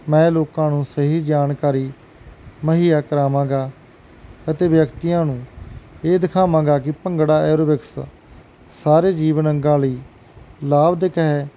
ਮੈਂ ਲੋਕਾਂ ਨੂੰ ਸਹੀ ਜਾਣਕਾਰੀ ਮੁਹੱਈਆ ਕਰਾਵਾਂਗਾ ਅਤੇ ਵਿਅਕਤੀਆਂ ਨੂੰ ਇਹ ਦਿਖਾਵਾਂਗਾ ਕੀ ਭੰਗੜਾ ਐਰੋਬਿਕਸ ਸਾਰੇ ਜੀਵਨ ਅੰਗਾ ਲਈ ਲਾਭਦਾਇਕ ਹੈ